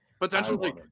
Potentially